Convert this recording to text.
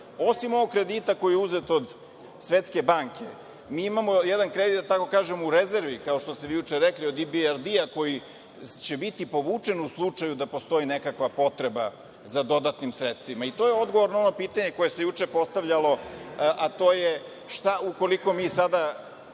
ovog kredita koja je uzet od Svetske banke, mi imamo jedan kredit, da tako kažemo, u rezervi, kao što ste vi juče rekli, od IBRD koji će biti povučen u slučaju da postoji nekakva potrebe za dodatnim sredstvima. To je odgovor na ono pitanje koje se juče postavljalo, a to je šta ukoliko mi sada